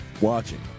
watching